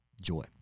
joy